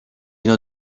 know